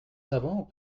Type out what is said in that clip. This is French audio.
savants